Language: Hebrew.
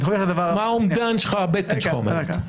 מה האומדן שלך, הבטן שלך אומרת?